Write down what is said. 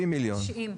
90 מיליון ₪.